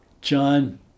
John